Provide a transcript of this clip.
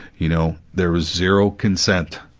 you know, there was zero consent,